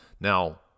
Now